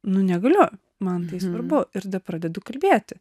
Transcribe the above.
nu negaliu man tai svarbu ir tada pradedu kalbėti